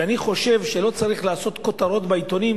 ואני חושב שלא צריך לעשות כותרות בעיתונים